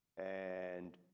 and.